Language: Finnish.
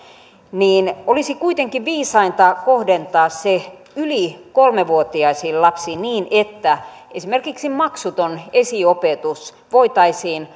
on olisi kuitenkin viisainta kohdentaa se yli kolme vuotiaisiin lapsiin niin että esimerkiksi maksuton esiopetus voitaisiin